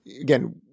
again